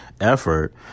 effort